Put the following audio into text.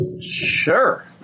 Sure